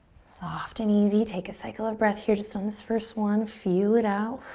soft and easy. take a cycle of breath here just on this first one. feel it out.